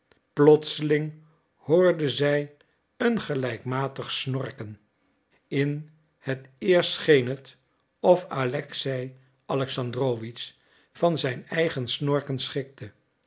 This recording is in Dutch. plotseling hoorde zij een gelijkmatig snorken in het eerst scheen het of alexei alexandrowitsch van zijn eigen snorken schrikte